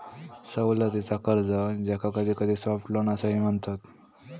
सवलतीचा कर्ज, ज्याका कधीकधी सॉफ्ट लोन असाही म्हणतत